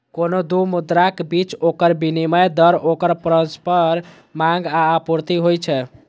कोनो दू मुद्राक बीच ओकर विनिमय दर ओकर परस्पर मांग आ आपूर्ति होइ छै